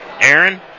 Aaron